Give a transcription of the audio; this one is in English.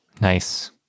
Nice